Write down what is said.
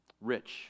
Rich